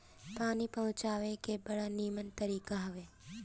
पानी पहुँचावे के बड़ा निमन तरीका हअ